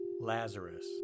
Lazarus